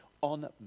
on